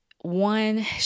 one